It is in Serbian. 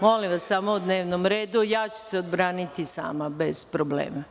Molim vas, samo o dnevnom redu, a ja ću se odbraniti sama bez problema.